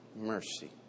mercy